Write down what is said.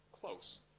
close